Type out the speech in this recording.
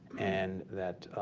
and that